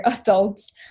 adults